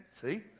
see